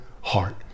heart